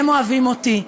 והם אוהבים אותי.